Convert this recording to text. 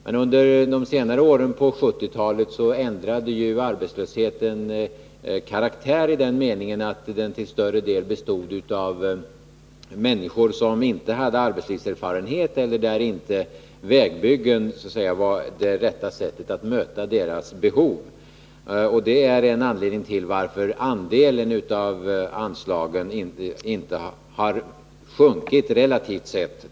Men under de senare åren på 1970-talet ändrade arbetslösheten karaktär i den meningen att den till större delen omfattade människor som inte hade arbetslivserfarenhet och för vilka vägbyggen inte var så att säga det rätta sättet att möta deras behov. Det är en anledning till att andelen av anslagen till vägändamål inte har sjunkit relativt sett.